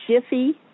jiffy